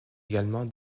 également